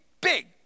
big